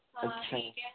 अच्छा